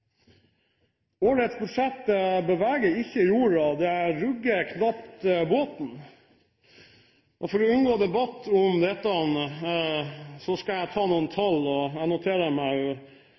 Årets budsjett beveger ikke jorden, det rugger knapt båten. For å unngå debatt om dette skal jeg ta noen tall. Jeg noterer meg